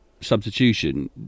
substitution